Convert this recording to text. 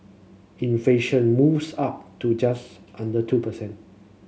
inflation moves up to just under two percent